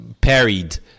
parried